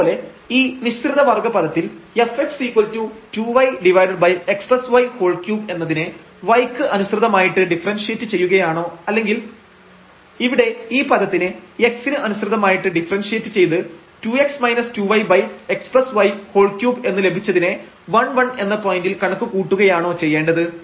അതുപോലെ ഈ മിശ്രിത വർഗ്ഗ പദത്തിൽ fx2yxy3 എന്നതിനെ y ക്ക് അനുസൃതമായിയിട്ട് ഡിഫറെൻഷ്യേറ്റ് ചെയ്യുകയാണോ അല്ലെങ്കിൽ ഇവിടെ ഈ പദത്തിന് x ന് അനുസൃതമായിട്ട് ഡിഫറെൻഷ്യേറ്റ് ചെയ്ത് 2x 2yxy3 എന്ന് ലഭിച്ചതിനെ 11 എന്ന പോയന്റിൽ കണക്കുകൂട്ടുകയാണോ ചെയ്യേണ്ടത്